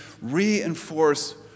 reinforce